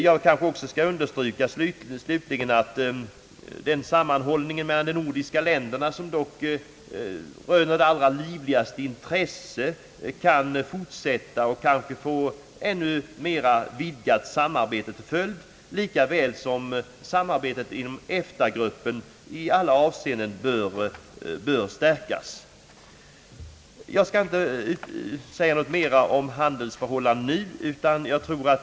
Jag kan också understryka betydelsen av att den sammanhållning mellan de nordiska länderna som dock röner det allra livligaste intresse kan fortsätta och kanske få ett ännu mera vidgat sam arbete till följd, lika väl som samarbetet inom EFTA-gruppen i alla avseenden bör stärkas. Jag skall inte säga något mera nu om handelsförhållandena.